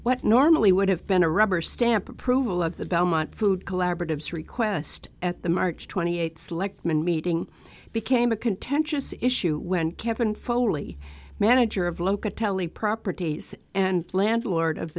what normally would have been a rubber stamp approval of the belmont food collaboratives request at the march twenty eighth selectman meeting became a contentious issue when kevin foley manager of locatelli properties and landlord of